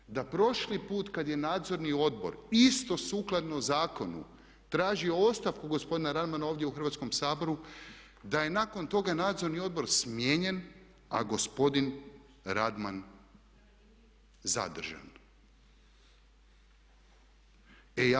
Podsjećam da prošli put kada je Nadzorni odbor isto sukladno zakonu tražio ostavku gospodina Radmana ovdje u Hrvatskom saboru da je nakon toga Nadzorni odbor smijenjen a gospodin Radman zadržan.